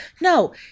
no